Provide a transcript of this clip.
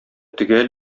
төгәл